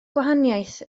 gwahaniaeth